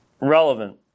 relevant